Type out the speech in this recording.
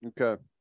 Okay